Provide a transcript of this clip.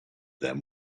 them